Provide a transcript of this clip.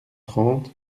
trente